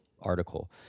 article